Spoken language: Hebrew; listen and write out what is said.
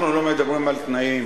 אנחנו לא מדברים על תנאים.